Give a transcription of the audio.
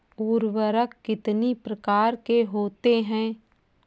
उर्वरक कितनी प्रकार के होते हैं?